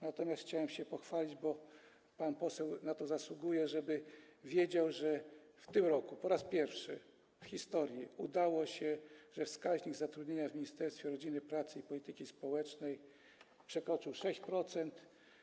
Natomiast chciałem się pochwalić - pan poseł zasługuje na to, żeby wiedzieć - że w tym roku po raz pierwszy w historii udało się i wskaźnik zatrudnienia w Ministerstwie Rodziny, Pracy i Polityki Społecznej przekroczył 6%.